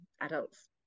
adults